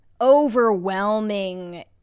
overwhelming